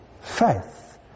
faith